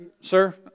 sir